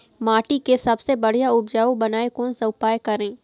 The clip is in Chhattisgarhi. माटी के सबसे बढ़िया उपजाऊ बनाए कोन सा उपाय करें?